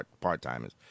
part-timers